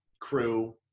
crew